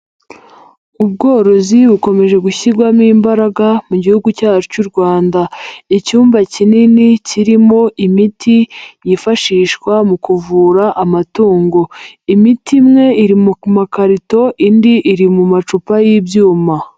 Ubworozi bukomeje gushyirwamo imbaraga mu gihugu cyacu cy'u Rwanda. Icyumba kinini kirimo imiti yifashishwa mu kuvura amatungo. Imiti imwe iri mu ku makarito, indi iri mu macupa y'ibyuma.